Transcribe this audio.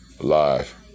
Live